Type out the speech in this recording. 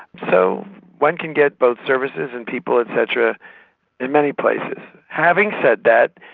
so one can get both services and people et cetera in many places. having said that,